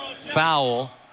foul